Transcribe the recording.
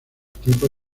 tipos